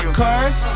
cars